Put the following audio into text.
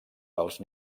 dels